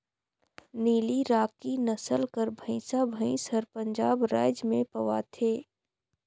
नीली राकी नसल कर भंइसा भंइस हर पंजाब राएज में पवाथे